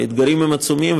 האתגרים הם עצומים,